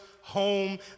home